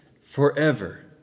forever